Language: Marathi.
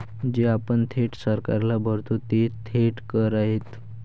जे आपण थेट सरकारला भरतो ते थेट कर आहेत